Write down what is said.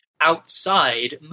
outside